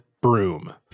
broom